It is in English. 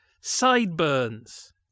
sideburns